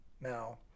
Now